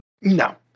No